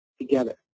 together